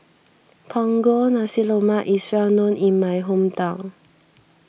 Punggol Nasi Lemak is well known in my hometown